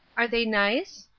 are they nice?